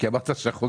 כי אמרת שמאז החוק.